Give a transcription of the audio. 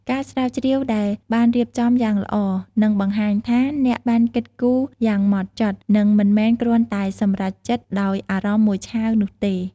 ការស្រាវជ្រាវដែលបានរៀបចំយ៉ាងល្អ នឹងបង្ហាញថាអ្នកបានគិតគូរយ៉ាងម៉ត់ចត់ និងមិនមែនគ្រាន់តែសម្រេចចិត្តដោយអារម្មណ៍មួយឆាវនោះទេ។